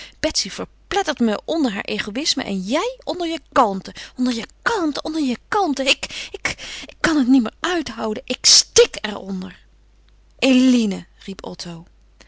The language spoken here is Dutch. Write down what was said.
betsy verplettert me onder haar egoïsme en jij onder je kalmte onder je kalmte onder je kalmte onder je kalmte ik ik ik kan het niet meer uithouden ik stik er onder eline riep otto